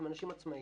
הם אנשים עצמאיים.